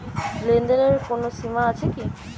লেনদেনের কোনো সীমা আছে কি?